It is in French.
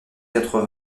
quatre